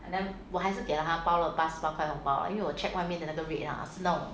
and then 我还是给他包了八十八块红包啊因为我 check 外面的那个 rate ah 是那种